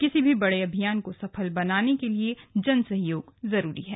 किसी भी बड़े अभियान को सफल बनाने के लिए जन सहयोग जरूरी है